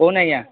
କୁହନ୍ତୁ ଆଜ୍ଞା